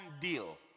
deal